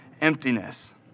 emptiness